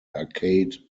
arcade